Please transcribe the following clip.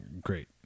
great